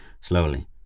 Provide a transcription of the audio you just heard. slowly